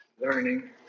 learning